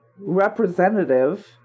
representative